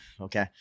okay